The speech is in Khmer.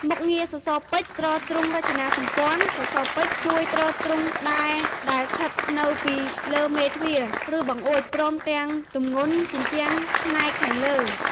មុខងារសរសពេជ្រទ្រទ្រង់រចនាសម្ព័ន្ធ សសរពេជ្រជួយទ្រទ្រង់ ផ្តែរដែលស្ថិតនៅពីលើមេទ្វារ ឬបង្អួច ព្រមទាំងទម្ងន់ជញ្ជាំងផ្នែកខាងលើ។